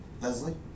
Leslie